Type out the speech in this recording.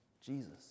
Jesus